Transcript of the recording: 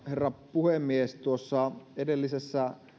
herra puhemies tuossa edellisessä